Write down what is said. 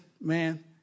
man